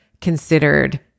considered